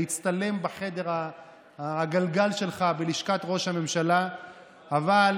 שמחה יוסף: תשאל על הממשלה הבזבזנית